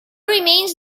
remains